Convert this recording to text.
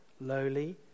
lowly